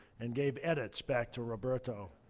and gave edits back to roberto.